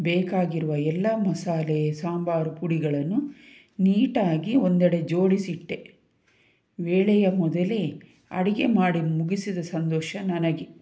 ಬೇಕಾಗಿರುವ ಎಲ್ಲ ಮಸಾಲೆ ಸಾಂಬಾರು ಪುಡಿಗಳನ್ನು ನೀಟಾಗಿ ಒಂದೆಡೆ ಜೋಡಿಸಿಟ್ಟೆ ವೇಳೆಯ ಮೊದಲೇ ಅಡಿಗೆ ಮಾಡಿ ಮುಗಿಸಿದ ಸಂತೋಷ ನನಗೆ